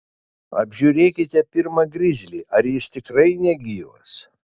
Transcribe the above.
apžiūrėkite pirma grizlį ar jis tikrai negyvas